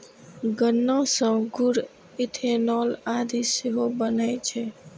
गन्ना सं गुड़, इथेनॉल आदि सेहो बनै छै